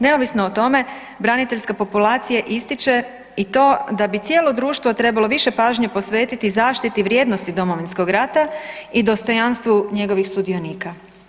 Neovisno o tome braniteljska populacija ističe i to da bi cijelo društvo trebalo više pažnje posvetiti zaštiti vrijednosti Domovinskog rata i dostojanstvu njegovih sudionika.